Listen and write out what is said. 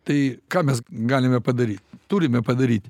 tai ką mes galime padaryt turime padaryt